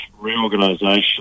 reorganisation